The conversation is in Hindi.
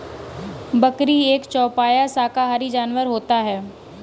बकरी एक चौपाया शाकाहारी जानवर होता है